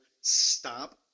stop